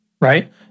right